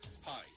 Hi